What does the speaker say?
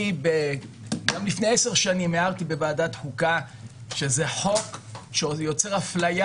גם לפני עשר שנים הערתי בוועדת החוקה שזה חוק שיוצר אפליה